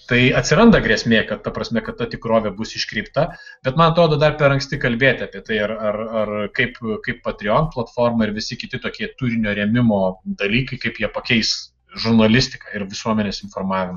tai atsiranda grėsmė kad ta prasme kad ta tikrovė bus iškreipta bet man atrodo dar per anksti kalbėti apie tai ar ar kaip kaip patrion platforma ir visi kiti tokie turinio rėmimo dalykai kaip jie pakeis žurnalistiką ir visuomenės informavimą